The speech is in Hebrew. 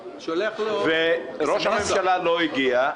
ראש הממשלה לא הגיע.